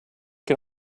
can